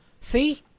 See